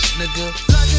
nigga